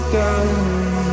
down